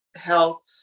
health